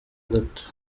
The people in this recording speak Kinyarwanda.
gato